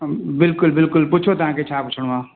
बिल्कुलु बिल्कुलु पुछो तव्हांखे छा पुछणो आहे